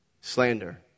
Slander